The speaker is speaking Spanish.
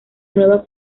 nueva